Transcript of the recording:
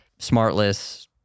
smartless